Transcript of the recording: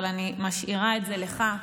אבל אני משאירה את זה לך.